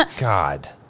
God